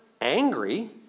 angry